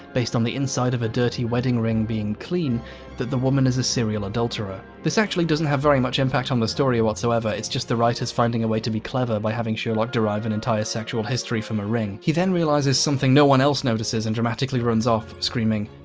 based on the inside of a dirty wedding ring being clean that the woman is a serial adulterer. this actually doesn't have very much impact on the story whatsoever it's just the writers finding a way to be clever by having sherlock derive an entire sexual history from a ring. he then realises something no-one else notices and dramatically runs off screaming.